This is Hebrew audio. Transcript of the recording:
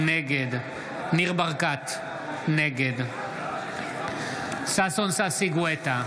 נגד ניר ברקת, נגד ששון ששי גואטה,